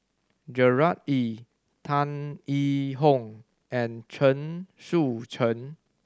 Gerard Ee Tan Yee Hong and Chen Sucheng